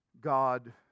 God